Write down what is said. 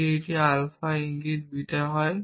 যদি এটি আমার আলফা ইঙ্গিত বিটা হয়